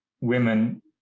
women